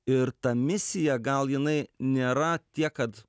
ir ta misija gal jinai nėra tiek kad